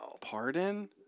Pardon